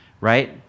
right